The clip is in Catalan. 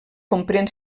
comprèn